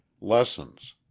lessons